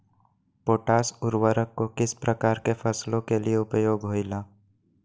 Potash उर्वरक को किस प्रकार के फसलों के लिए उपयोग होईला?